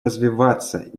развиваться